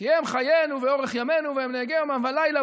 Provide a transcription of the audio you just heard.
"כי הם חיינו ואורך ימינו ונהגה בם יומם ולילה",